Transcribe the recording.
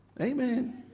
Amen